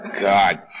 God